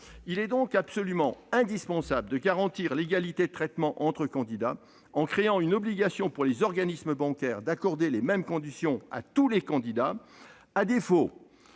Il est donc absolument indispensable de garantir l'égalité de traitement entre candidats en créant une obligation pour les organismes bancaires d'accorder les mêmes conditions à tous les candidats. À défaut,